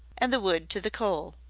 and the wood to the coal.